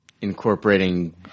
incorporating